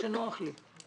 כפי שנוח לי.